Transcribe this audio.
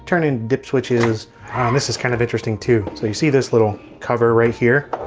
turning dip switches this is kind of interesting too. so you see this little cover right here?